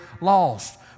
lost